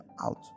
out